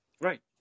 Right